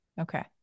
Okay